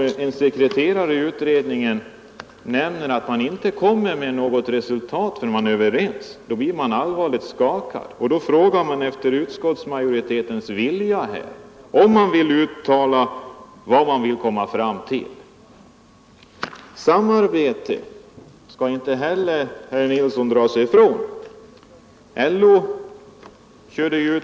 När en sekreterare i utredningen nämner att det inte blir något resultat förrän ledamöterna blivit överens, blir man allvarligt skakad. Då frågar man efter utskottsmajoritetens vilja här. Vill man uttala vad man kommit fram till? Herr Nilsson skall inte kunna dra sig undan.